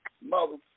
mother